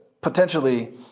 potentially